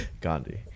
Gandhi